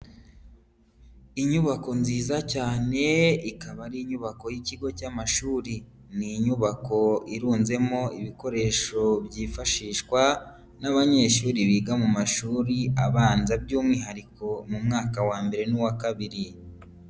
Inyubako nziza cyane ikaba ari inyubako y'ikigo cy'amashuri, ni inyubako irunzemo ibikoresho byifashishwa n'abanyeshuri biga mu mashuri abanza by'umwihariko mu mwaka wa mbere n'uwa kabiri.